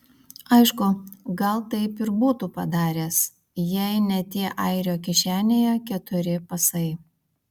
aišku gal taip ir būtų padaręs jei ne tie airio kišenėje keturi pasai